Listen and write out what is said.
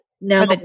No